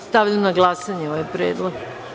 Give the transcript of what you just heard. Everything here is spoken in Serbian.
Stavljam na glasanje ovaj predlog.